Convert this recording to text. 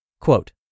Quote